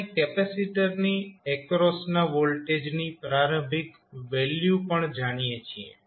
આપણે કેપેસિટરની એક્રોસના વોલ્ટેજની પ્રારંભિક વેલ્યુ પણ જાણીએ છીએ